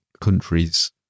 countries